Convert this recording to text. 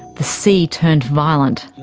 the sea turned violent.